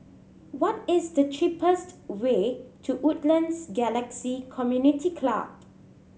what is the cheapest way to Woodlands Galaxy Community Club